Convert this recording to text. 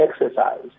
exercise